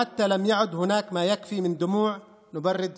אין די מילים להביע את מרירות